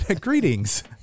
Greetings